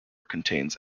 contains